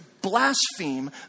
blaspheme